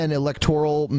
electoral